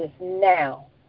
now